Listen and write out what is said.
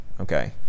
okay